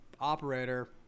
operator